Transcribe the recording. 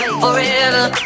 forever